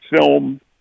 film